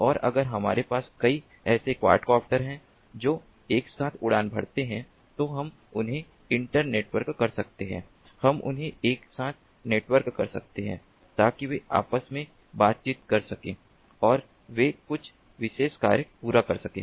और अगर हमारे पास कई ऐसे क्वाड कॉप्टर हैं जो एक साथ उड़ान भरते हैं तो हम उन्हें इंटर नेटवर्क कर सकते हैं हम उन्हें एक साथ नेटवर्क कर सकते हैं ताकि वे आपस में बातचीत कर सकें और वे कुछ विशेष कार्य पूरा कर सकें